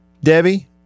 Debbie